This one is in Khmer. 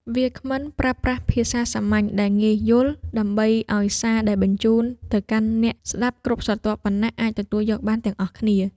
វាគ្មិនប្រើប្រាស់ភាសាសាមញ្ញដែលងាយយល់ ដើម្បីឱ្យសារដែលបញ្ជូនទៅកាន់អ្នកស្ដាប់គ្រប់ស្រទាប់វណ្ណៈអាចទទួលយកបានទាំងអស់គ្នា។